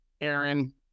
Aaron